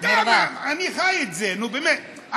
אני חי את זה, נו, באמת.